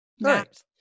Right